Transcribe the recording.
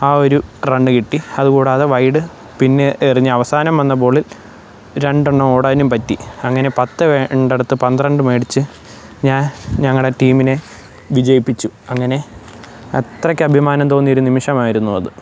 ആ ഒരു റൺ കിട്ടി അത് കൂടാതെ വൈഡ് പിന്നെ എറിഞ്ഞ് അവസാനം വന്ന ബോളിൽ രണ്ടെണ്ണം ഓടാനും പറ്റി അങ്ങനെ പത്ത് വേണ്ടിടത്ത് പന്ത്രണ്ട് മേടിച്ച് ഞാൻ ഞങ്ങളുടെ ടീമിനെ വിജയിപ്പിച്ചു അങ്ങനെ അത്രയ്ക്ക് അഭിമാനം തോന്നിയ ഒരു നിമിഷമായിരുന്നു അത്